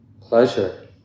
pleasure